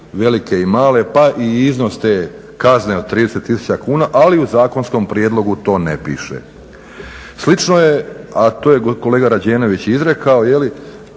velike i male pa i iznos te kazne od 30 tisuća kuna ali u zakonskom prijedlogu to ne piše. Slično je, a to je kolega Rađenović izrekao kaže